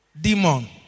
demon